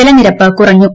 ജലനിരപ്പ് കുറഞ്ഞു